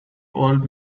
old